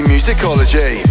Musicology